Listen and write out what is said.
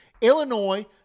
Illinois